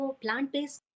plant-based